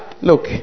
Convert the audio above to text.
look